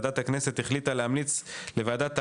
החליטה להמליץ לוועדת העלייה,